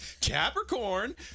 Capricorn